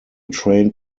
trained